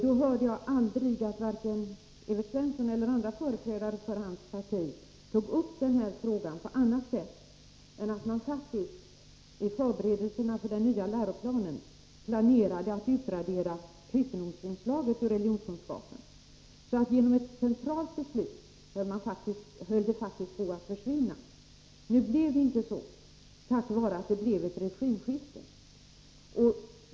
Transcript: Då hörde jag aldrig att Evert Svensson eller andra företrädare för hans parti tog upp denna fråga på annat sätt än genom att man faktiskt i förberedelserna för den nya läroplanen planerade att utradera kristendomsinslaget i ämnet religionskunskap. Genom ett centralt beslut höll ämnet på att försvinna. Nu blev det inte så, tack vare att det blev ett regimskifte.